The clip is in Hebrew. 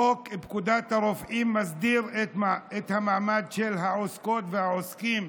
חוק פקודת הרופאים מסדיר את המעמד של העוסקות והעוסקים